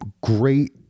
great